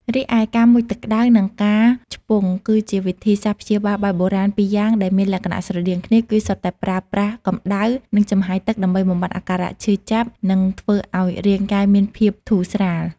រីឯការមុជទឹកក្តៅ និងការឆ្ពង់ គឺជាវិធីសាស្ត្រព្យាបាលបែបបុរាណពីរយ៉ាងដែលមានលក្ខណៈស្រដៀងគ្នា គឺសុទ្ធតែប្រើប្រាស់ កម្ដៅ និងចំហាយទឹក ដើម្បីបំបាត់អាការៈឈឺចាប់ និងធ្វើឲ្យរាងកាយមានភាពធូរស្រាល។